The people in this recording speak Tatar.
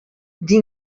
менә